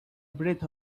breath